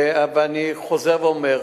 ואני חוזר ואומר: